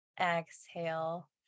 Exhale